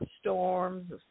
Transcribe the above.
storms